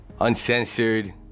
Uncensored